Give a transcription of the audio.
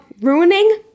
ruining